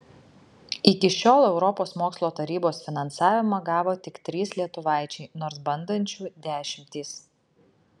iki šiol europos mokslo tarybos finansavimą gavo tik trys lietuvaičiai nors bandančių dešimtys